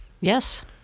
Yes